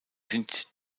sind